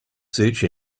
search